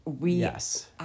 Yes